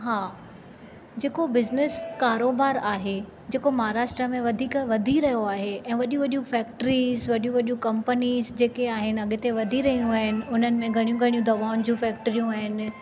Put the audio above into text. हा जेको बिज़नैस कारोबारु आहे जेको महाराष्ट्रा में वधीक वधी रहियो आहे ऐं वॾियूं वॾियूं फैक्ट्रीसि वॾियूं वॾियूं कंपनीसि जेके आहिनि अॻिते वधी रहियूं आइनि हुननि में घणियूं घणियूं दवाउनि जूं फैक्ट्रियूं आइनि